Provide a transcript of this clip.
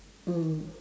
mm